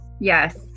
Yes